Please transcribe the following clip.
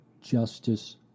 justice